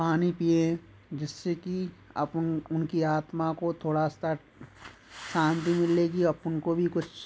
पानी पिएं जिससे कि आप उनकी आत्मा को थोड़ा सा शांति मिलेगी अपुन को भी कुछ